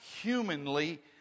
humanly